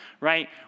right